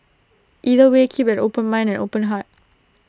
either way keep an open mind and open heart